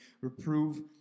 Reprove